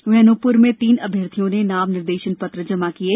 वहीं अनूपपुर में तीन अभ्यर्थीयों ने नाम निर्देशन पत्र जमा किये